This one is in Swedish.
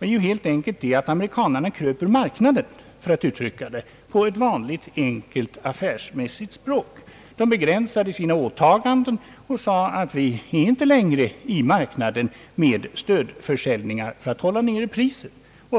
det, helt enkelt det att amerikanerna »kröp ur marknaden», som det heter på ett vanligt enkelt affärsmässigt språk. De begränsade sina åtaganden och sade att de inte längre deltog i marknaden med stödförsäljningar för att hålla nere guldpriset.